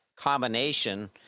combination